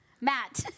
Matt